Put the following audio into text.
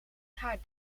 haar